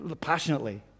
passionately